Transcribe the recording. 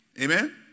Amen